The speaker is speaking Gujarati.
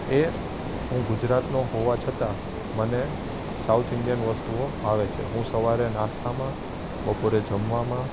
એ હું ગુજરાતનો હોવા છતાં મને સાઉથ ઇંડિયન વસ્તુઓ ભાવે છે હું સવારે નાસ્તામાં બપોરે જમવામાં